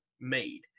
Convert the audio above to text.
made